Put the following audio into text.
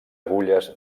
agulles